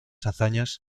hazañas